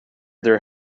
their